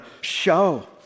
show